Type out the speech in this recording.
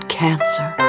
cancer